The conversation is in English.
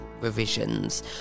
revisions